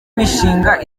mishinga